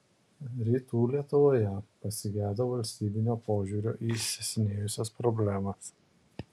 rytų lietuvoje pasigedo valstybinio požiūrio į įsisenėjusias problemas